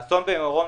האסון במירון,